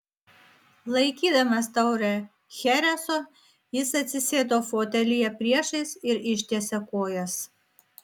laikydamas taurę chereso jis atsisėdo fotelyje priešais ir ištiesė kojas